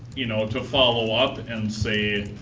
you know, to follow up and say,